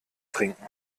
trinken